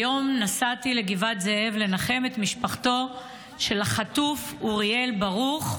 היום נסעתי לגבעת זאב לנחם את משפחתו של החטוף אוריאל ברוך.